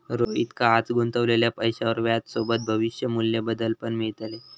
रोहितका आज गुंतवलेल्या पैशावर व्याजसोबत भविष्य मू्ल्य बदल पण मिळतले